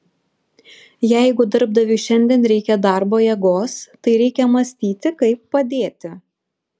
jeigu darbdaviui šiandien reikia darbo jėgos tai reikia mąstyti kaip padėti